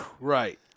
right